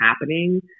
happening